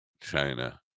China